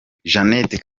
jeannette